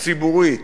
הציבורית